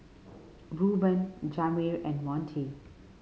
Reuben Jamir and Montie